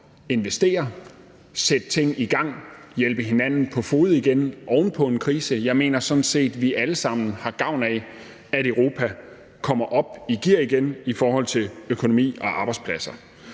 investere, sætte ting i gang og hjælpe hinanden på fode igen oven på en krise. Jeg mener sådan set, at vi alle sammen har gavn af, at Europa kommer op i gear igen i forhold til økonomi og arbejdspladser.